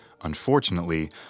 Unfortunately